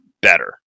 better